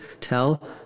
tell